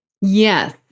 Yes